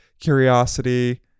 curiosity